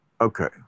Okay